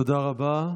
תודה רבה.